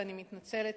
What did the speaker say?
ואני מתנצלת,